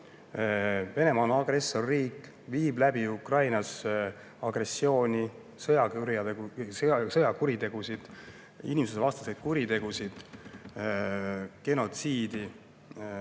Venemaa on agressorriik, viib Ukrainas läbi agressiooni, sõjakuritegusid, inimsusevastaseid kuritegusid, genotsiidi,